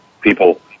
people